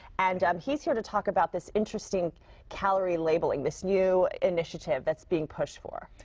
and um he's here to talk about this interesting calorie labeling, this new initiative that's being pushed for.